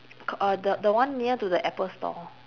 c~ uh the the one near to the apple store